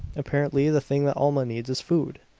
apparently the thing that alma needs is food.